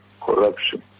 corruption